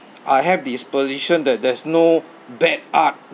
I have this position that there's no bad art